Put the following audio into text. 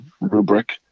Rubric